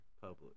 public